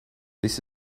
this